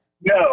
No